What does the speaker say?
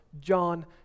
John